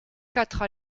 quatre